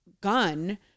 gun